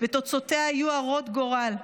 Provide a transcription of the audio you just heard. ותוצאותיה היו הרות גורל.